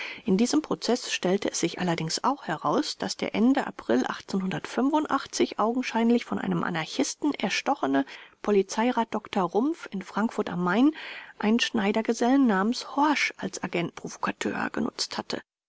in diesem prozeß stellte es sich allerdings auch heraus daß der ende april augenscheinlich von einem anarchisten erstochene polizeirat dr rumpf in frankfurt a main einen schneidergesellen namens horsch als agent provocateur benutzt hatte